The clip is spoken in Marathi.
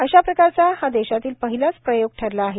अशा प्रकारचा हा देशातील पहिलाच प्रयोग ठरला आहे